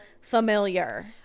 familiar